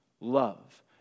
love